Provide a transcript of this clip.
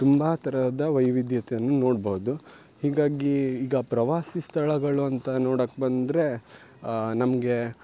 ತುಂಬ ತರಹದ ವೈವಿಧ್ಯತೆಯನ್ನು ನೋಡ್ಬೋದು ಹೀಗಾಗಿ ಈಗ ಪ್ರವಾಸಿ ಸ್ಥಳಗಳು ಅಂತ ನೋಡಕ್ಕೆ ಬಂದರೆ ನಮಗೆ